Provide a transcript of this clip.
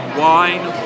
wine